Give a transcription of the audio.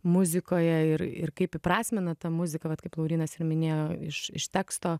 muzikoje ir ir kaip įprasmina tą muziką vat kaip laurynas ir minėjo iš iš teksto